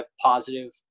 positive